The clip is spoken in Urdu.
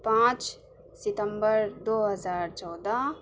پانچ ستمبر دو ہزار چودہ